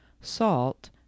salt